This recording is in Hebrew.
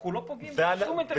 אנחנו לא פוגעים בשום אינטרס הציבור.